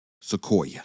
Sequoia